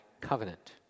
covenant